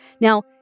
Now